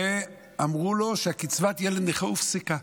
ואמרו לו שקצבת ילד נכה הופסקה.